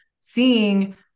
seeing